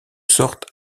sorte